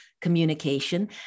communication